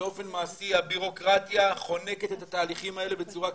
באופן מעשי הבירוקרטיה חונקת את התהליכים האלה בצורה קיצונית,